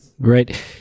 Right